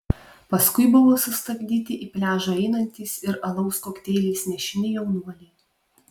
paskui buvo sustabdyti į pliažą einantys ir alaus kokteiliais nešini jaunuoliai